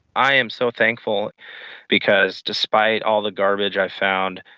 i am so thankful because despite all the garbage i found,